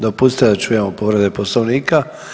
Dopustite da čujemo povrede Poslovnika.